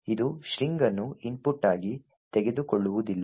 ಇದು ಸ್ಟ್ರಿಂಗ್ ಅನ್ನು ಇನ್ಪುಟ್ ಆಗಿ ತೆಗೆದುಕೊಳ್ಳುವುದಿಲ್ಲ